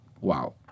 wow